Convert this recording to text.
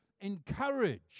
encourage